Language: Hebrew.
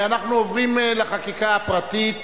אנחנו עוברים לחקיקה הפרטית.